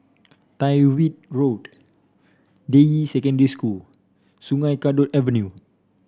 Tyrwhitt Road Deyi Secondary School Sungei Kadut Avenue